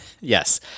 yes